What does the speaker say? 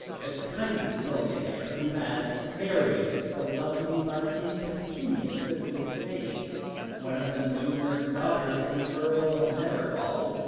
the kindly millionaire who had married the lovely but impecunious cicely staynes, one of the numerous daughters of the earl of netherhall,